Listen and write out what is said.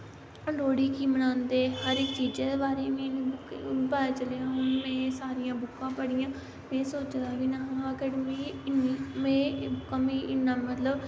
लोह्ड़ी की मनांदे हर इक चीजे दे बारे च पता चलेआ में सारियां बुक्कां पढ़ियां में सोच्चे दा बी नेहा अगर मिगी इन्नी में इन्ना मतलव